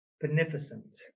beneficent